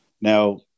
now